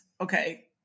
Okay